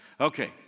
Okay